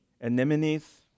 Anemones